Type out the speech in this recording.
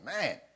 man